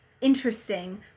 interesting